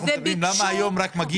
אנחנו מדברים למה רק היום מגיע?